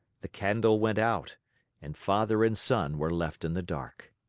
the candle went out and father and son were left in the dark.